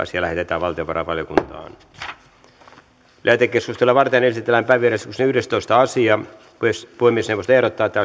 asia lähetetään valtiovarainvaliokuntaan lähetekeskustelua varten esitellään päiväjärjestyksen yhdestoista asia puhemiesneuvosto ehdottaa että